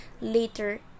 later